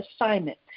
assignment